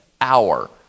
Hour